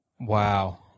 Wow